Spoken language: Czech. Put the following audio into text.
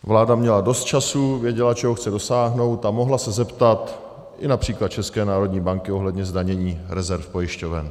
Vláda měla dost času, věděla, čeho chce dosáhnout, a mohla se zeptat i například České národní banky ohledně zdanění rezerv pojišťoven.